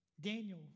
Daniel